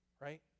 right